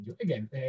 Again